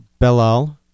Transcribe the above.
Belal